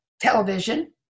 television